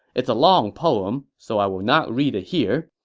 it's a long poem, so i will not read it here.